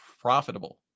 profitable